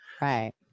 Right